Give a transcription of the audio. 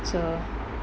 so